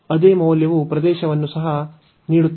ಅದೇ ಮೌಲ್ಯವು ಪ್ರದೇಶವನ್ನು ಸಹ ನೀಡುತ್ತದೆ